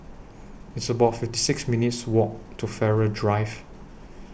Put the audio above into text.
It's about fifty six minutes' Walk to Farrer Drive